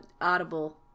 Audible